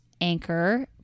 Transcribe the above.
anchor